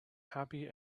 happy